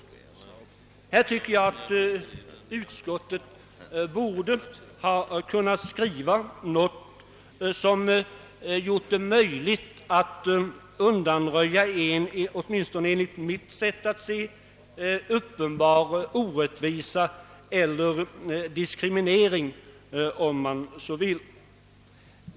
Här tycker jag att utskottet borde ha kunnat skriva något som hade gjort det möjligt att undanröja en, åtminstone enligt mitt sätt att se, uppenbar orättvisa eller diskriminering, om man så vill.